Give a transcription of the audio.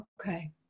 Okay